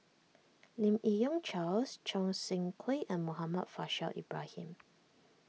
Lim Yi Yong Charles Choo Seng Quee and Muhammad Faishal Ibrahim